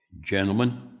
gentlemen